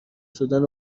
شدن